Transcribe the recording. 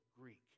Greek